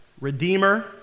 redeemer